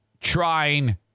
trying